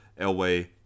Elway